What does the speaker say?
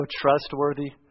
trustworthy